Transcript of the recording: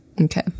Okay